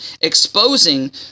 exposing